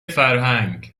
فرهنگ